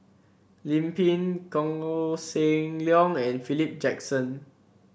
Lim Pin Koh Seng Leong and Philip Jackson